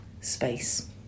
space